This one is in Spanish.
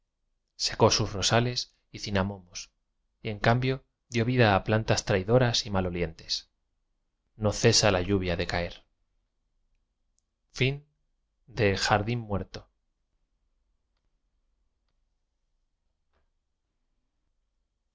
secó sus rosales y cinamomos y en cambio dió vida a plantas traidoras y mal olientes no cesa la lluvia de caer